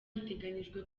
iteganyijwe